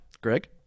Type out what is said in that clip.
Greg